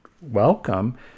welcome